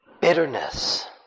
Bitterness